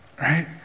Right